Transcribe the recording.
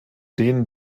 denen